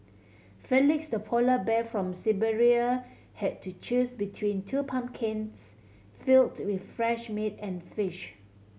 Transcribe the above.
Felix the polar bear from Siberia had to choose between two pumpkins filled with fresh meat and fish